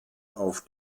auf